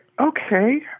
okay